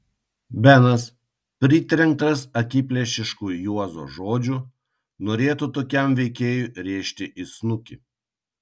benas pritrenktas akiplėšiškų juozo žodžių norėtų tokiam veikėjui rėžti į snukį